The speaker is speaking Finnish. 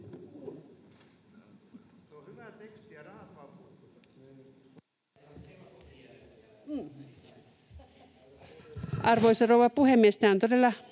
Arvoisa rouva puhemies! Tämä on niin